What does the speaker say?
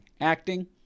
Acting